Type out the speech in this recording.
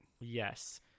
Yes